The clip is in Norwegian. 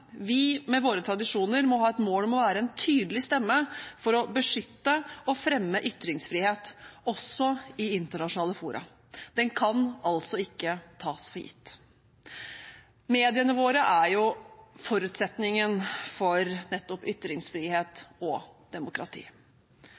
Vi, med våre tradisjoner, må ha et mål om å være en tydelig stemme for å beskytte og fremme ytringsfrihet, også i internasjonale fora. Den kan altså ikke tas for gitt. Mediene våre er forutsetningen for nettopp ytringsfrihet